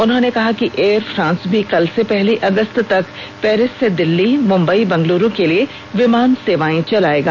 उन्होंने कहा कि एयर फ्रांस भी कल से पहली अगस्त तक पेरिस से दिल्ली मुंबई बेंगलुरू के लिए विमान सेवाएं चलाएगा